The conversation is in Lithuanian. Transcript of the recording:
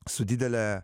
su didele